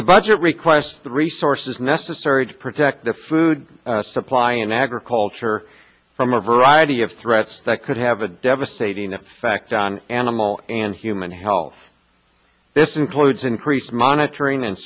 the budget request the resource as necessary to protect the food supply in agriculture from a variety of threats that could have a devastating effect on animal and human health this includes increased monitoring and